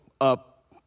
up